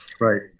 Right